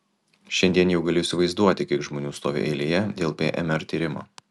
šiandien jau galiu įsivaizduoti kiek žmonių stovi eilėje dėl bmr tyrimo